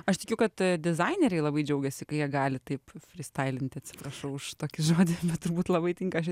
aš tikiu kad dizaineriai labai džiaugiasi kai jie gali taip frystailinti atsiprašau už tokį žodį bet turbūt labai tinka šis